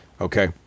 Okay